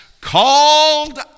called